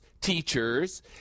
teachers